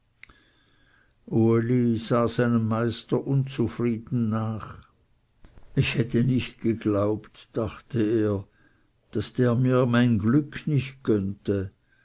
seinem meister unzufrieden nach ich hätte nicht geglaubt dachte er daß der mir mein glück nicht gönnte